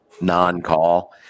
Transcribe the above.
non-call